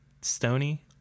Stony